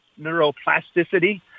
Neuroplasticity